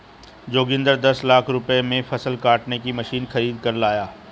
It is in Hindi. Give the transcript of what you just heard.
जोगिंदर दस लाख रुपए में फसल काटने की मशीन खरीद कर लाया